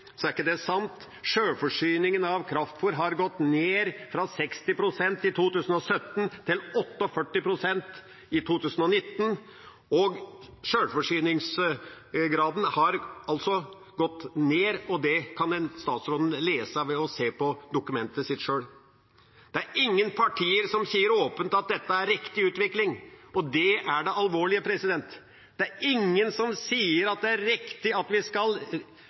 er ikke det sant. Sjølforsyningen av kraftfôr har gått ned fra 60 pst. i 2017 til 48 pst. i 2019, og sjølforsyningsgraden har altså gått ned. Det kan statsråden lese ved å se på dokumentet sitt. Det er ingen partier som sier åpent at dette er riktig utvikling, og det er det alvorlige. Det er ingen som sier det er riktig at vi skal